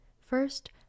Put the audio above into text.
First